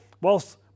Whilst